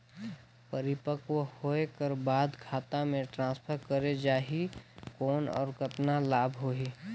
परिपक्व होय कर बाद खाता मे ट्रांसफर करे जा ही कौन और कतना लाभ होही?